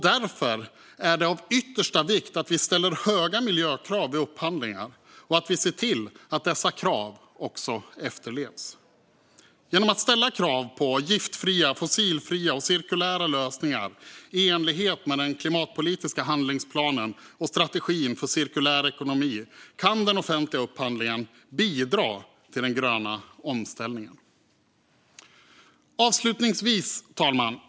Därför är det av yttersta vikt att vi ställer höga miljökrav vid upphandlingar och att vi ser till att dessa krav också efterlevs. Genom att ställa krav på giftfria, fossilfria och cirkulära lösningar i enlighet med den klimatpolitiska handlingsplanen och strategin för cirkulär ekonomi kan den offentliga upphandlingen bidra till den gröna omställningen. Herr talman!